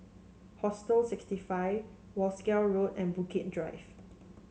Hostel sixty five Wolskel Road and Bukit Drive